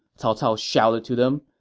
cao cao shouted to them.